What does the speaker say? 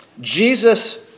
Jesus